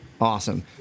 Awesome